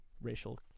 racial